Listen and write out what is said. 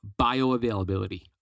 bioavailability